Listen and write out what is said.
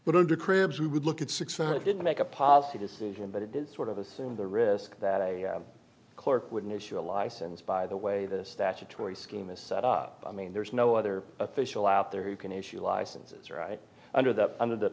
but under cribs we would look at six sided make a policy decision but it is sort of assume the risk that a clerk wouldn't issue a license by the way the statutory scheme is set up i mean there's no other official out there who can issue licenses right under that under th